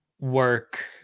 work